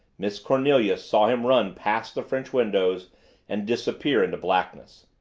miss cornelia saw him run past the french windows and disappear into blackness.